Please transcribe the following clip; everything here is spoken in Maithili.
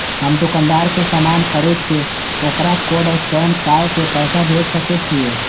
हम दुकानदार के समान खरीद के वकरा कोड स्कैन काय के पैसा भेज सके छिए?